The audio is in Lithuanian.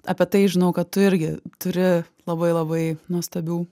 apie tai žinau kad tu irgi turi labai labai nuostabių